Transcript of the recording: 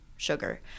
sugar